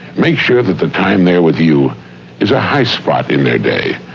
make sure that the time they are with you is a high spot in their day,